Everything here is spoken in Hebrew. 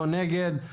לא נגד.